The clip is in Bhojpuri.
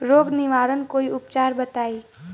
रोग निवारन कोई उपचार बताई?